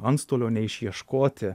antstolio neišieškoti